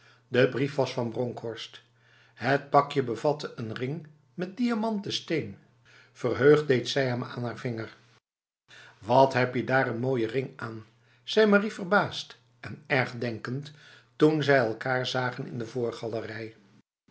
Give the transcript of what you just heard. de brief was van bronkhorst het pakje bevatte een ring met diamanten steen verheugd deed zij hem aan haar vinger wat heb je daar n mooie ring aan zei marie verbaasd en erg denkend toen zij elkaar zagen in de voorgalerij